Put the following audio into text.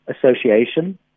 association